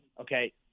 Okay